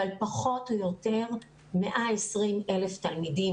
אבל פחות או יותר היו כ-120 אלף תלמידים